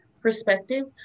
perspective